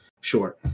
sure